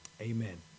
amen